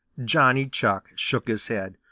johnny chuck shook his head.